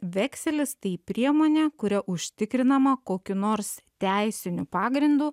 vekselis tai priemonė kuria užtikrinama kokiu nors teisiniu pagrindu